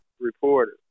reporter